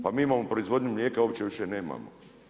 Pa mi imamo proizvodnju mlijeka, uopće više nemamo.